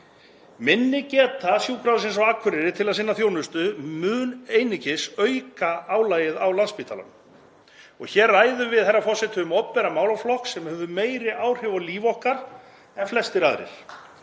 Minni geta Sjúkrahússins á Akureyri til að sinna þjónustu mun einungis auka álagið á Landspítala. Hér ræðum við herra forseta um opinberan málaflokk sem hefur meiri áhrif á líf okkar en flestir aðrir.